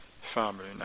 family